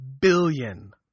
billion